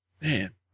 Man